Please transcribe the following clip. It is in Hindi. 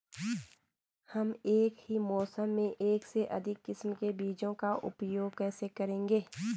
हम एक ही मौसम में एक से अधिक किस्म के बीजों का उपयोग कैसे करेंगे?